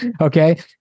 Okay